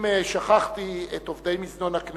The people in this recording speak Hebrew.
אם שכחתי את עובדי מזנון הכנסת,